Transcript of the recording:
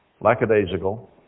lackadaisical